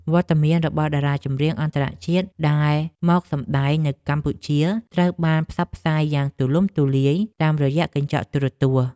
វត្តមានរបស់តារាចម្រៀងអន្តរជាតិដែលមកសម្តែងនៅកម្ពុជាត្រូវបានផ្សព្វផ្សាយយ៉ាងទូលំទូលាយតាមរយៈកញ្ចក់ទូរទស្សន៍។